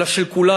אלא של כולנו.